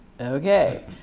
Okay